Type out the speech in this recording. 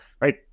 right